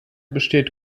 besteht